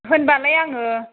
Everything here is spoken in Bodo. होनबालाय आङो